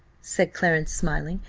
said clarence, smiling,